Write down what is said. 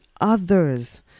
others